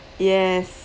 yes